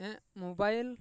mobile